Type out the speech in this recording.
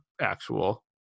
actual